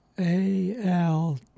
A-L